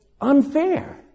unfair